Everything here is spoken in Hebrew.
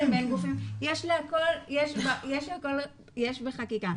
יש בחקיקה.